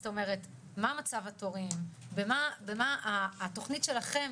זאת אומרת מה מצב התורים, מה התכנית שלכם